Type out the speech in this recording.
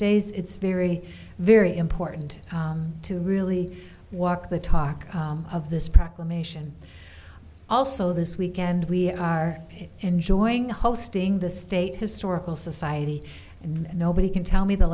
days it's very very important to really walk the talk of this proclamation also this weekend we are enjoying hosting the state historical society and nobody can tell me the